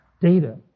data